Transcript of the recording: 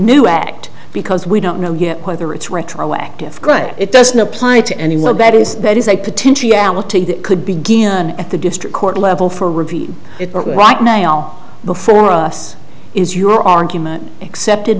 new act because we don't know yet whether it's retroactive gray it doesn't apply to any well that is that is a potentiality that could begin at the district court level for review it right now before us is your argument accepted